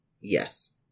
Yes